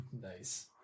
Nice